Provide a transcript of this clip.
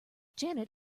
janet